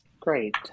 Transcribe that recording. Great